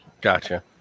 Gotcha